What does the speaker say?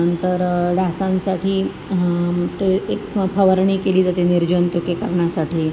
नंतर डासांसाठी ते एक फ फवारणी केली जाते निर्जंतुकीकरणासाठी